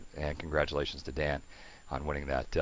and congratulations to dan on winning that,